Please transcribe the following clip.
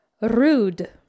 rude